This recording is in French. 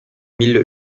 mille